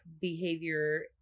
behavior